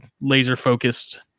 laser-focused